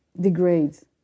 degrades